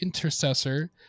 Intercessor